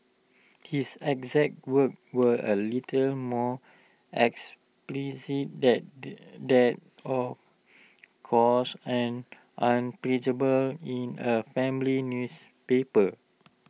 his exact words were A little more explicit that the that of course and unprintable in A family newspaper